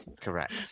correct